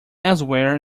elsewhere